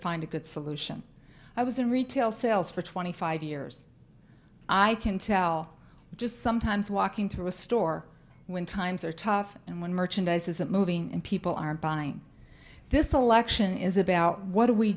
find a good solution i was in retail sales for twenty five years i can tell just sometimes walking through a store when times are tough and when merchandise isn't moving and people aren't buying this election is about what do we